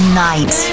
night